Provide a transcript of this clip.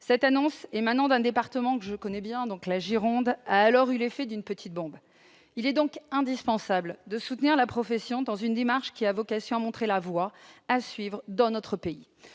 Cette annonce émanant d'un département que je connais bien, la Gironde, a eu l'effet d'une petite bombe. Il est donc indispensable de soutenir la profession dans une démarche qui a vocation à montrer la voie à suivre dans notre pays.